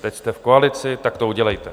Teď jste v koalici, tak to udělejte!